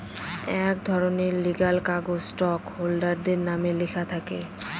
এক ধরনের লিগ্যাল কাগজ স্টক হোল্ডারদের নামে লেখা থাকে